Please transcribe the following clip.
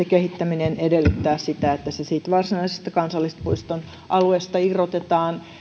kehittäminen edellyttää sitä että se siitä varsinaisesta kansallispuiston alueesta irrotetaan